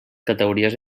categories